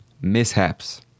Mishaps